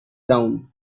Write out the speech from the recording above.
ground